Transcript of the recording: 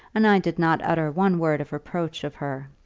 and i did not utter one word of reproach of her.